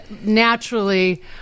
naturally